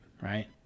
right